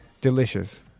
delicious